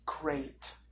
great